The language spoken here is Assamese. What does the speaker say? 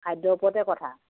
খাদ্য ওপৰতে কথা